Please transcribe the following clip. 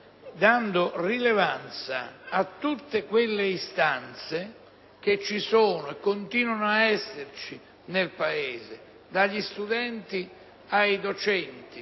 dando rilevanza a tutte le istanze che ci sono e continuano ad esserci nel Paese, dagli studenti ai docenti,